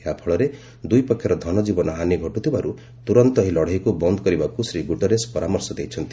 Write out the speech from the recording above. ଏହାଫଳରେ ଦୁଇ ପକ୍ଷର ଧନଜୀବନ ହାନି ଘଟୁଥିବାରୁ ତୁରନ୍ତ ଏହି ଲଢ଼େଇକୁ ବନ୍ଦ୍ କରିବାକୁ ଶ୍ରୀ ଗୁଟରେସ୍ ପରାମର୍ଶ ଦେଇଛନ୍ତି